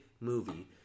movie